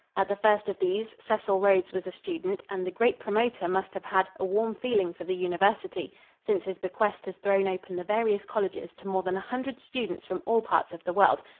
at the first of these cecil rhodes was a student, and the great promoter must have had a warm feeling for the university since his bequest has thrown open the various colleges to more than a hundred students from all parts of the world,